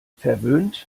verwöhnt